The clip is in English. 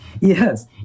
Yes